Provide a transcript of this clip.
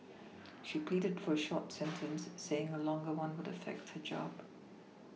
she pleaded for a short sentence saying a longer one would affect her job